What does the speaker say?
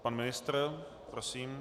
Pan ministr, prosím.